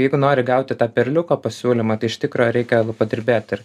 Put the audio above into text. jeigu nori gauti tą perliuko pasiūlymą tai iš tikro reikia padirbėt ir